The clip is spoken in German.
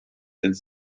ins